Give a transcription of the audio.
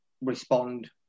respond